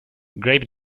grape